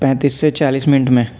پینتیس سے چالیس منٹ میں